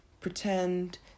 pretend